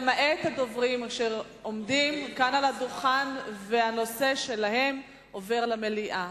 למעט הדוברים אשר עומדים כאן על הדוכן והנושא שלהם עובר למליאה.